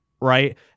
right